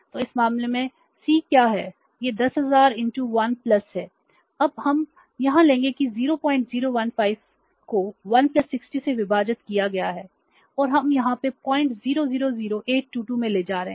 तो इस मामले में C क्या है यह 10000 1 है अब हम यहां लेंगे कि 0 015 को 1 60 से विभाजित किया गया है और हम यहां 0000822 में ले जा रहे हैं